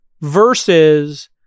versus